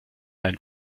ein